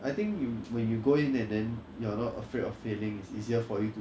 I think you when you go in and then you're not afraid of failing is easier for you to